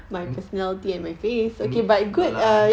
mm mm no lah